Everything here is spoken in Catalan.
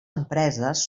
empreses